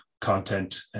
content